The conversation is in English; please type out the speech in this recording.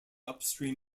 upstream